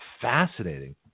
fascinating